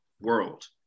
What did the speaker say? world